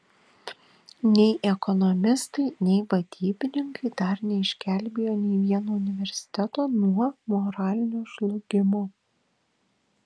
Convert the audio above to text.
nei ekonomistai nei vadybininkai dar neišgelbėjo nei vieno universiteto nuo moralinio žlugimo